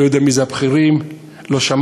אני לא יודע מי אלה הבכירים, לא שמעתי,